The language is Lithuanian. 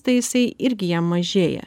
tai jisai irgi jam mažėja